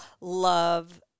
love